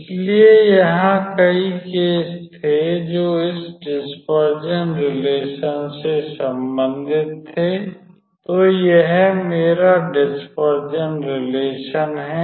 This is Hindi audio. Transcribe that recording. इसलिए यहाँ कई केस थे जो इस डिस्पर्जन रिलेशन से संबंधित थे तो यह मेरा डिस्पर्जन रिलेशन है